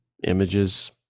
Images